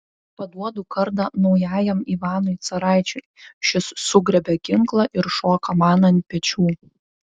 paduodu kardą naujajam ivanui caraičiui šis sugriebia ginklą ir šoka man ant pečių